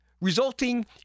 resulting